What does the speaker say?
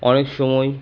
অনেক সময়